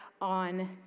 on